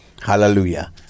hallelujah